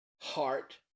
heart